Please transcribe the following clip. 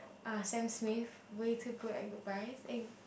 ah Sam-Smith Way Too Good at Goodbyes eh